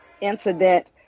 incident